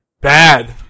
bad